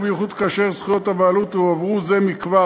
ובייחוד כאשר זכויות הבעלות הועברו זה מכבר